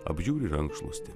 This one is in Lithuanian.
apžiūri rankšluostį